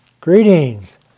Greetings